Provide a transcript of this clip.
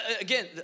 again